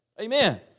Amen